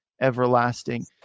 everlasting